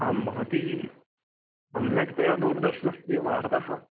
आम् भवती सम्यक्तया दूरदर्शनस्य वार्ताः